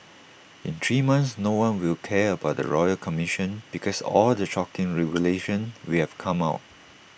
in three months no one will care about the royal commission because all the shocking revelations will have come out